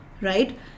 Right